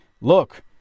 Look